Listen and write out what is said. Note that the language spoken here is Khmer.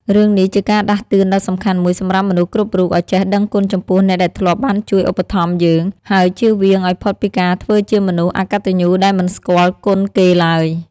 រឿងនេះជាការដាស់តឿនដ៏សំខាន់មួយសម្រាប់មនុស្សគ្រប់រូបឲ្យចេះដឹងគុណចំពោះអ្នកដែលធ្លាប់បានជួយឧបត្ថម្ភយើង ហើយចៀសវាងឲ្យផុតពីការធ្វើជាមនុស្សអកតញ្ញូដែលមិនស្គាល់គុណគេឡើយ។